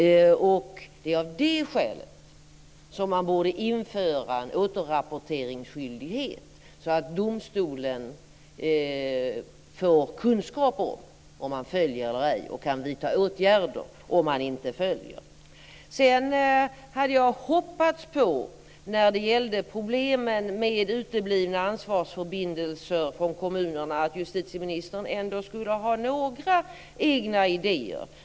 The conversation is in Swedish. Det är av det skälet man borde införa en återrapporteringsskyldighet så att domstolen får kunskaper om huruvida domen följs eller ej och kan vidta åtgärder om den inte följs. När det sedan gäller problemen med uteblivna ansvarsförbindelser från kommunerna hade jag hoppats att justitieministern ändå skulle ha några egna idéer.